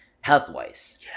Health-wise